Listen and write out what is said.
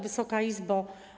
Wysoka Izbo!